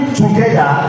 together